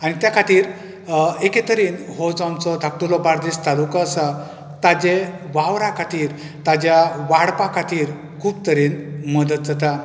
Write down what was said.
आनी त्या खातीर एके तरेन हो जो आमचो धाकटुलो बारदेस तालुको आसा ताजें वावरा खातीर ताज्या वाडपा खातीर खूब तरेन मदत जाता